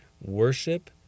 Worship